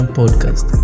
podcast